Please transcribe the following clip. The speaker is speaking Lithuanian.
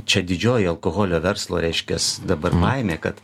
čia didžioji alkoholio verslo reiškias dabar baimė kad